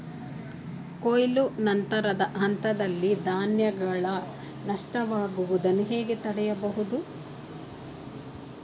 ಕೊಯ್ಲು ನಂತರದ ಹಂತದಲ್ಲಿ ಧಾನ್ಯಗಳ ನಷ್ಟವಾಗುವುದನ್ನು ಹೇಗೆ ತಡೆಯಬಹುದು?